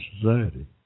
society